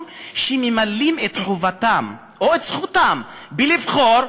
שהם ממלאים את חובתם או את זכותם לבחור,